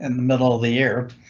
and the middle of the year